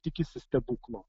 tikisi stebuklo